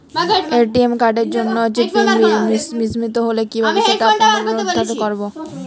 ATM কার্ডের pin বিস্মৃত হলে কীভাবে সেটা পুনরূদ্ধার করব?